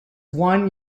one